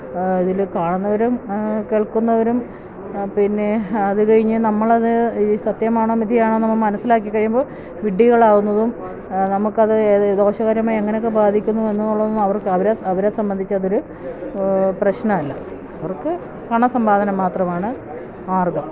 ഇതില് കാണുന്നവരും കേൾക്കുന്നവരും പിന്നെ അത് കഴിഞ്ഞ് നമ്മളത് ഇത് സത്യമാണോ മിഥ്യയാണോയെന്ന് നമ്മള് മനസ്സിലാക്കി കഴിയുമ്പോള് വിഡ്ഡികളാവുന്നതും നമുക്കത് ദോഷകരമായി എങ്ങനെയൊക്കെ ബാധിക്കുന്നുവെന്നുള്ളതൊന്നും അവർക്ക് അവരെ സംബന്ധിച്ചതൊരു പ്രശ്നമല്ല അവർക്ക് പണസമ്പാദനം മാത്രമാണ് മാർഗ്ഗം